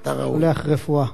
אתה ראוי, אתה ראוי.